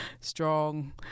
strong